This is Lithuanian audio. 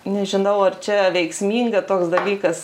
nežinau ar čia veiksminga toks dalykas